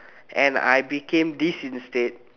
and I became this instead